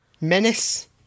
Menace